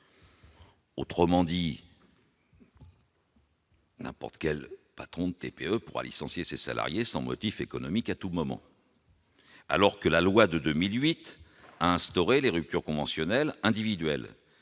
Romandie. N'importe quel patron de TPE pourra licencier ses salariés sans motif économique à tout moment. Alors que la loi de 2008 à instaurer les ruptures conventionnelles individuel,